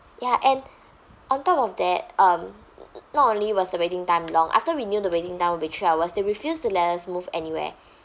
ya and on top of that um not only was the waiting time long after we knew the waiting time will be three hours they refused to let us move anywhere